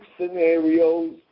scenarios